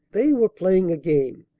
they were playing a game,